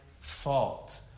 fault